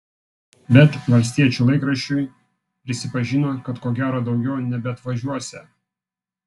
bet valstiečių laikraščiui prisipažino kad ko gero daugiau nebeatvažiuosią